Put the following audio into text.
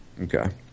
Okay